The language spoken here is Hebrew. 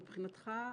מבחינתך,